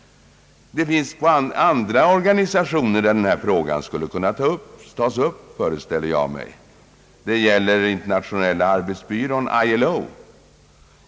Det finns andra organisationer där denna fråga skulle kunna tas upp, föreställer jag mig, t.ex. Internationella arbetsbyrån .